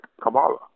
Kabbalah